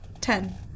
Ten